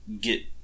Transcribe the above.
get